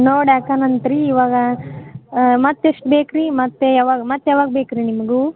ನೋಡಿ ಹಾಕಾಣಂತ್ರಿ ಇವಾಗ ಮತ್ತು ಎಷ್ಟು ಬೇಕು ರೀ ಮತ್ತು ಯಾವಾಗ ಮತ್ತು ಯಾವಾಗ ಬೇಕು ರೀ ನಿಮ್ಗೆ ಹೂ